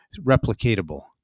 replicatable